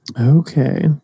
Okay